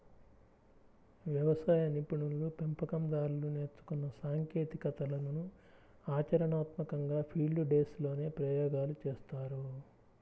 వ్యవసాయ నిపుణులు, పెంపకం దారులు నేర్చుకున్న సాంకేతికతలను ఆచరణాత్మకంగా ఫీల్డ్ డేస్ లోనే ప్రయోగాలు చేస్తారు